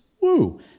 Woo